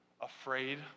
afraid